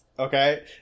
Okay